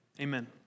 Amen